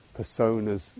personas